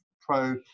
pro